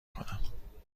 کنم